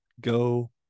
go